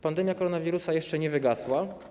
Pandemia koronawirusa jeszcze nie wygasła.